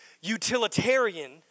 utilitarian